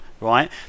right